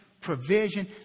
provision